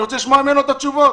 אני רוצה לשמוע ממנו תשובות.